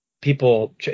people